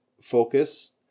focus